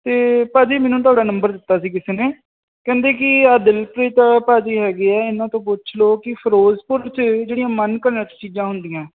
ਅਤੇ ਭਾਅ ਜੀ ਮੈਨੂੰ ਤੁਹਾਡਾ ਨੰਬਰ ਦਿੱਤਾ ਸੀ ਕਿਸੇ ਨੇ ਕਹਿੰਦੇ ਕਿ ਆ ਦਿਲਪ੍ਰੀਤ ਭਾਅ ਜੀ ਹੈਗੇ ਆ ਇਹਨਾਂ ਤੋਂ ਪੁੱਛ ਲਓ ਕਿ ਫਿਰੋਜ਼ਪੁਰ 'ਚ ਜਿਹੜੀਆਂ ਮਨ ਘੜਤ ਚੀਜ਼ਾਂ ਹੁੰਦੀਆਂ